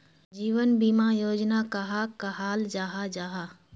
जीवन बीमा योजना कहाक कहाल जाहा जाहा?